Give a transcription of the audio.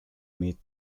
meet